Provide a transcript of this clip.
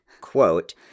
quote